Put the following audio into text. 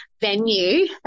venue